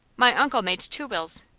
my uncle made two wills.